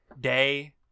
day